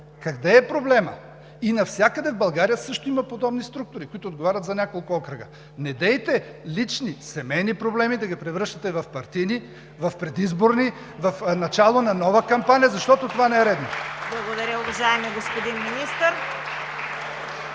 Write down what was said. Къде е проблемът? И навсякъде в България също има подобни структури, които отговарят за няколко окръга. Недейте лични, семейни проблеми да ги превръщате в партийни, в предизборни, в начало на нова кампания, защото това не е редно. (Ръкопляскания от ГЕРБ и